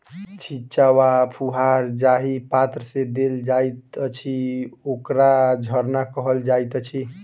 छिच्चा वा फुहार जाहि पात्र सँ देल जाइत अछि, ओकरा झरना कहल जाइत अछि